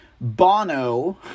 Bono